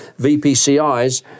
VPCIs